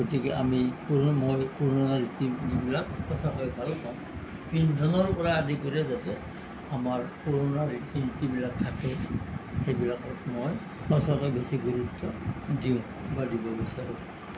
গতিকে আমি পুৰণ হৈ পুৰণা ৰীতি নীতিবিলাক সঁচাকৈ ভাল পাওঁ পিন্ধনৰ পৰা আদি কৰি যাতে আমাৰ পুৰণা ৰীতি নীতিবিলাক থাকে সেইবিলাকক মই পাছলৈ বেছি গুৰুত্ব দিওঁ বা দিব বিচাৰোঁ